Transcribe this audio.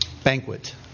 banquet